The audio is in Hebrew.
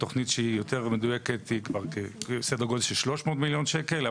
התכנית שהיא יותר מדויקת היא כבר בסדר גודל של 300 מיליון שקל,